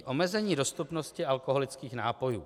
Omezení dostupnosti alkoholických nápojů.